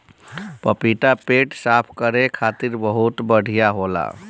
पपीता पेट साफ़ करे खातिर बहुते बढ़िया होला